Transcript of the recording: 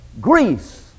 Greece